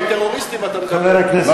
למה אתה מדבר עם ה"חמאס"?